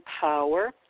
power